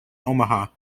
omaha